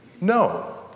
No